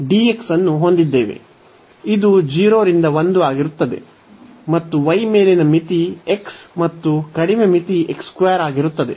ಇದು 0 ರಿಂದ 1 ಆಗಿರುತ್ತದೆ ಮತ್ತು y ಮೇಲಿನ ಮಿತಿ x ಮತ್ತು ಕಡಿಮೆ ಮಿತಿ ಆಗಿರುತ್ತದೆ